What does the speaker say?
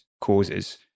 causes